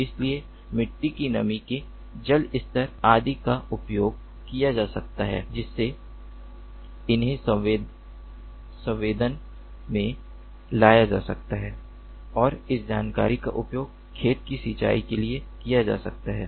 इसलिए मिट्टी की नमी के जल स्तर आदि का उपयोग किया जा सकता है जिससे उन्हें संवेद में लाया जा सकता है और उस जानकारी का उपयोग खेत की सिंचाई के लिए किया जा सकता है